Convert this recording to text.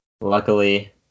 luckily